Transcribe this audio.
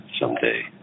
someday